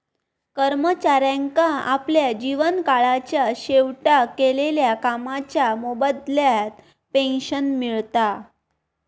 कर्मचाऱ्यांका आपल्या जीवन काळाच्या शेवटाक केलेल्या कामाच्या मोबदल्यात पेंशन मिळता